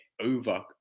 over